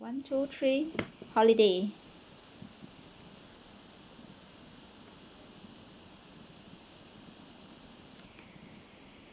one two three holiday